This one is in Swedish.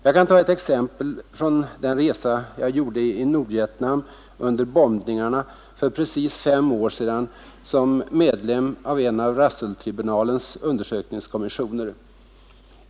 Jag kan ta ett exempel från den resa jag gjorde i Nordvietnam under bombningarna för precis fem år sedan som medlem av en av Russelltribunalens undersökningskommissioner.